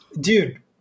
dude